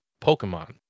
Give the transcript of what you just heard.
Pokemon